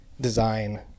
design